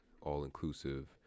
all-inclusive